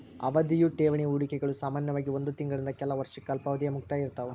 ಅವಧಿಯ ಠೇವಣಿ ಹೂಡಿಕೆಗಳು ಸಾಮಾನ್ಯವಾಗಿ ಒಂದ್ ತಿಂಗಳಿಂದ ಕೆಲ ವರ್ಷಕ್ಕ ಅಲ್ಪಾವಧಿಯ ಮುಕ್ತಾಯ ಇರ್ತಾವ